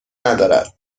ندارد